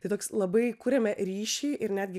tai toks labai kuriame ryšį ir netgi